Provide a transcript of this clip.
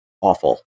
awful